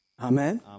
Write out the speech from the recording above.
Amen